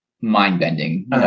mind-bending